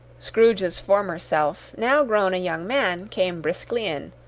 scrooge's former self, now grown a young man, came briskly in,